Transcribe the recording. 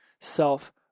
self